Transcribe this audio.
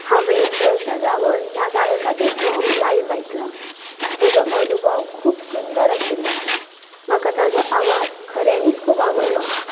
हावें दर्शन रावल ह्या गायकाचें साँग लायव्ह आयकलां म्हजो अनुभव खूब सुंदर आशिल्लो म्हाका ताचो आवाज खऱ्यांनीच खूब आवडलो